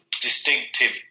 distinctive